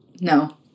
no